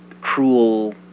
cruel